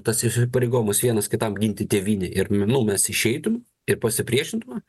tas įsipareigojimas vienas kitam ginti tėvynę ir nu mes išeitum ir pasipriešintume